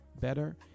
better